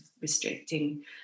restricting